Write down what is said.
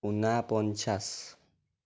ঊনপঞ্চাছ